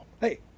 Hey